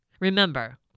Remember